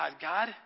God